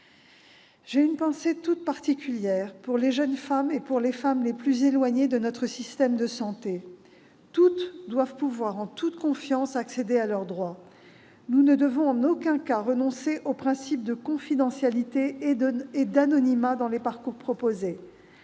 J'ai une pensée toute particulière pour les jeunes femmes et pour les femmes les plus éloignées de notre système de santé. Toutes doivent pouvoir, en toute confiance, accéder à leurs droits. Nous ne devons en aucun cas renoncer aux principes de confidentialité et d'anonymat dans les parcours proposés.